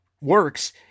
works